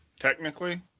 Technically